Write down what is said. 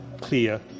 clear